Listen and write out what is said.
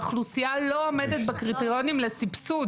האוכלוסייה לא עומדת בקריטריונים לסבסוד